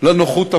לנוחות הפוליטית.